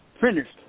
Finished